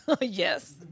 Yes